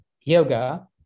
yoga